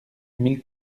mille